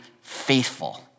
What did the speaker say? faithful